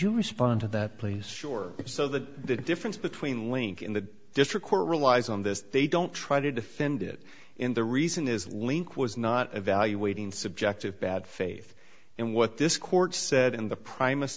you respond to that please sure so that the difference between link in the district court relies on this they don't try to defend it in the reason is link was not evaluating subjective bad faith and what this court said in the pr